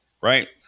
right